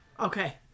Okay